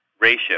ratio